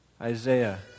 Isaiah